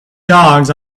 dogs